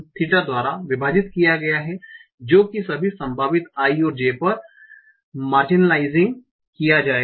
theta द्वारा विभाजित किया गया है जो कि सभी संभावित i और j पर मार्जिनालाइसिंग किया जाएगा